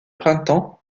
printemps